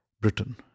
Britain